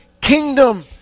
kingdom